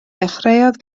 dechreuodd